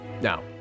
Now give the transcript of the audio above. Now